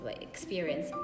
experience